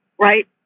Right